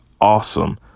awesome